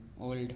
old